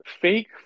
fake